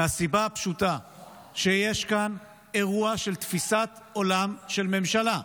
מהסיבה הפשוטה שיש כאן אירוע של תפיסת עולם של ממשלה.